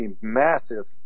massive